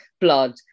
blood